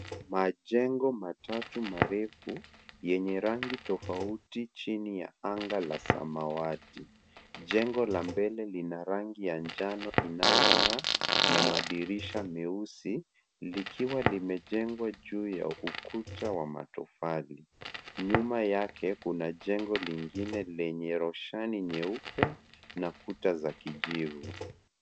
Majengo matatu marefu yenye rangi tofauti chini ya anga la samawati . Jengo la mbele lina rangi ya njano inayong'aa na madirisha meusi likiwa limejengwa juu ya ukuta wa matofali. Nyuma yake kuna jengo lingine lenye roshani nyeupe na kuta za kijivu.